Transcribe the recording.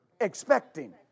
expecting